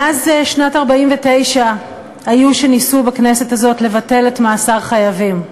מאז שנת 1949 היו שניסו בכנסת הזאת לבטל את מאסר חייבים.